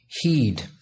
heed